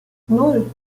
nan